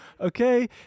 Okay